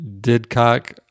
Didcock